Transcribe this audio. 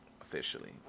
officially